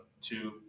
two